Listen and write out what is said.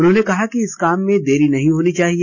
उन्होंने कहा कि इस काम में देरी नहीं होनी चाहिए